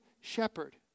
shepherd